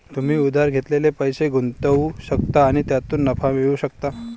तुम्ही उधार घेतलेले पैसे गुंतवू शकता आणि त्यातून नफा मिळवू शकता